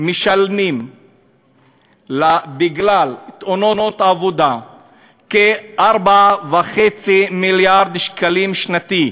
משלם בגלל תאונות עבודה כ-4.5 מיליארד שקלים בשנה,